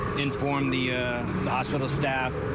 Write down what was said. inform the a hospital staff.